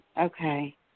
Okay